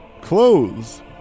clothes